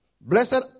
Blessed